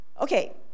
Okay